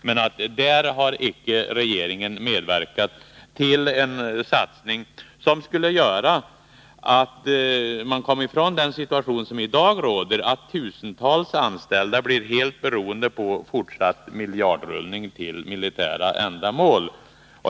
Men där har icke regeringen medverkat till en satsning som skulle göra att man kom ifrån den situation som i dag råder: att tusentals anställda blir helt beroende av fortsatt miljardrullning till militära ändamål.